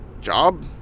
job